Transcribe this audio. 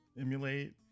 emulate